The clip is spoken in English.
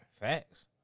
Facts